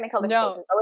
No